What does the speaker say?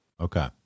Okay